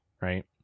Right